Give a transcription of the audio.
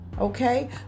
Okay